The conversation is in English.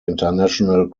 international